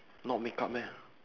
not makeup meh